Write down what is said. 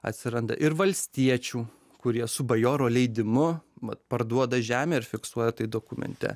atsiranda ir valstiečių kurie su bajoro leidimu vat parduoda žemę ir fiksuoja tai dokumente